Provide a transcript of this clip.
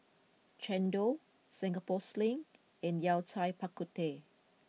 Chendol Singapore Sling and Yao Cai Bak Kut Teh